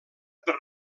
per